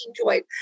enjoyed